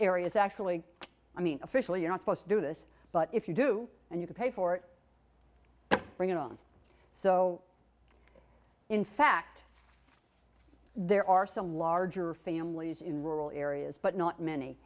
areas actually i mean officially you're not supposed to do this but if you do and you can pay for it bring it on so in fact there are some larger families in rural areas but not many